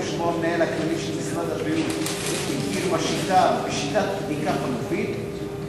שבו המנהל הכללי של משרד הבריאות הכיר בשיטת בדיקה חלופית,